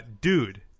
Dude